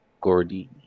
Gordy